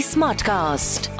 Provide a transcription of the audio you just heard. Smartcast